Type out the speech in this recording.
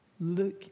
look